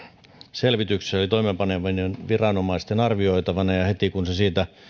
selvityksessä eli toimeenpanevien viranomaisten arvioitavana ja heti kun se siitä